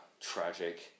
tragic